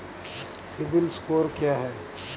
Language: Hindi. सिबिल स्कोर क्या है?